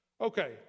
okay